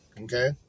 okay